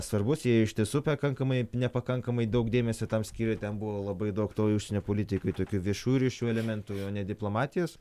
svarbus jai iš tiesų pakankamai nepakankamai daug dėmesio tam skyrė ten buvo labai daug užsienio politikoj tokių viešųjų ryšių elementų diplomatijos